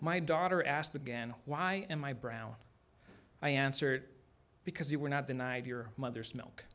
my daughter asked again why am i brown i answered because you were not denied your mother's milk